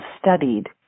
studied